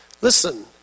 Listen